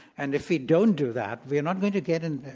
and if we don't do that we're not going to get an,